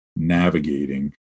navigating